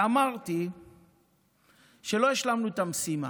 אמרתי שלא השלמנו את המשימה.